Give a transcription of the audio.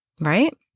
Right